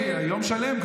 אני יום שלם,